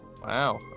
Wow